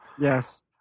Yes